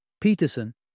Peterson